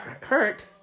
hurt